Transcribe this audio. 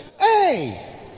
Hey